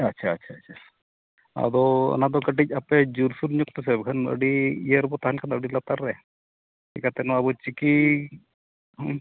ᱟᱪᱪᱷᱟ ᱟᱪᱪᱷᱟ ᱟᱪᱪᱷᱟ ᱟᱫᱚ ᱚᱱᱟᱫᱚ ᱠᱟᱹᱴᱤᱡ ᱟᱯᱮ ᱡᱳᱨ ᱥᱳᱨ ᱯᱮᱥᱮ ᱵᱟᱠᱷᱟᱱ ᱟᱹᱰᱤ ᱜᱮ ᱵᱚᱱ ᱛᱟᱦᱮᱱ ᱠᱟᱱᱟ ᱟᱹᱰᱤ ᱞᱟᱛᱟᱨ ᱨᱮ ᱪᱤᱠᱟᱛᱮ ᱟᱵᱚ ᱱᱚᱣᱟ ᱪᱤᱠᱤ ᱦᱮᱸ